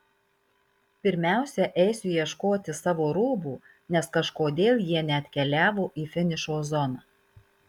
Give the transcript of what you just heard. pirmiausia eisiu ieškoti savo rūbų nes kažkodėl jie neatkeliavo į finišo zoną